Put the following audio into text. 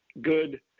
good